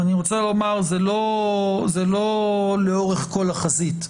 ואני רוצה לומר זה לא לאורך כל החזית,